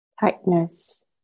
tightness